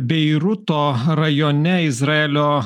beiruto rajone izraelio